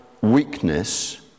weakness